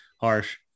harsh